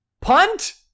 punt